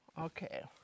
Okay